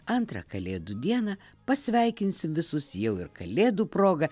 antrą kalėdų dieną pasveikinsim visus jau ir kalėdų proga